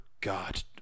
god